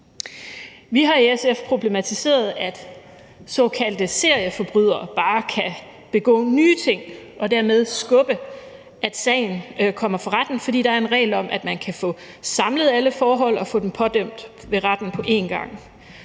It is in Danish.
Vi har i SF problematiseret, at såkaldte serieforbrydere bare kan begå nye ting og dermed skubbe, at en sag kommer for retten, fordi der er en regel om, at man kan få samlet alle forhold og få dem pådømt ved retten på én gang